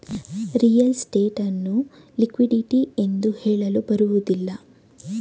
real estate ಅನ್ನು liquidity ಎಂದು ಹೇಳಲು ಬರುವುದಿಲ್ಲ